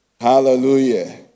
Hallelujah